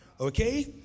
okay